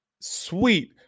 sweet